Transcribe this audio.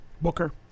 Booker